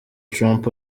trump